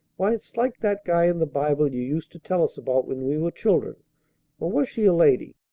why, it's like that guy in the bible you used to tell us about when we were children or was she a lady?